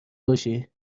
باشی